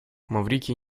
маврикий